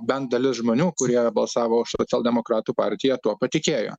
bent dalis žmonių kurie balsavo už socialdemokratų partiją tuo patikėjo